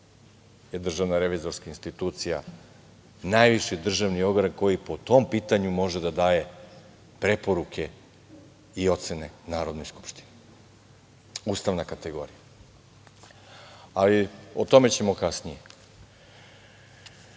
je Državna revizorska institucija najviši državni organ koji po tom pitanju može da daje preporuke i ocene Narodnoj skupštini, ustavna kategorija. Ali, o tome ćemo kasnije. Ni